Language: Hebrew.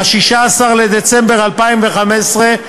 ב-16 בדצמבר 2015,